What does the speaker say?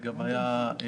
היו עוד גורמים.